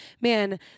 man